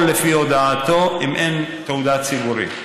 או לפי הודעתו, אם אין תעודה ציבורית.